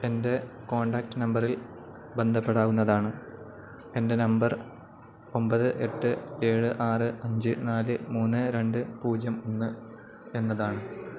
എൻ്റെ കോൺടാക്റ്റ് നമ്പറിൽ ബന്ധപ്പെടാവുന്നതാണ് എന്റെ നമ്പർ ഒമ്പത് എട്ട് ഏഴ് ആറ് അഞ്ച് നാല് മൂന്ന് രണ്ട് പൂജ്യം ഒന്ന് എന്നതാണ്